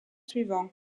suivants